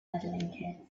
medaling